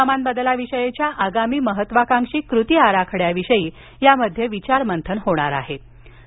हवामान बदलाविषयीच्या आगामी महत्त्वाकांक्षी कृती आराखड्याविषयी यामध्ये विचारमंथन होणारआहे